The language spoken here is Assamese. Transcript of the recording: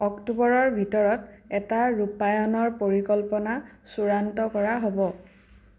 অক্টোবৰৰ ভিতৰত এটা ৰূপায়ণৰ পৰিকল্পনা চূড়ান্ত কৰা হ'ব